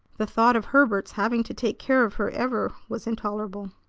the thought of herbert's having to take care of her ever was intolerable.